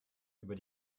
über